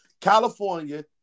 California